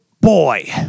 boy